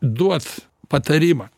duot patarimą